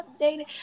updated